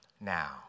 now